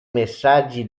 messaggi